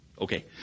Okay